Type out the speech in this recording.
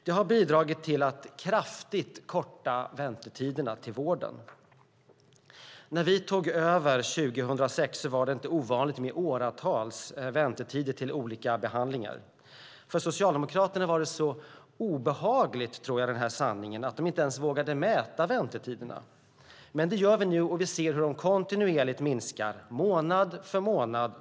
Det har bidragit till att kraftigt korta väntetiderna till vården. När vi tog över 2006 var det inte ovanligt med åratals väntetider till olika behandlingar. Jag tror att den här sanningen var så obehaglig för Socialdemokraterna att de inte ens vågade mäta väntetiderna, men det gör vi nu. Vi ser hur de kontinuerligt minskar månad för månad.